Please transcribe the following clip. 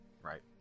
right